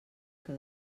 que